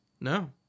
No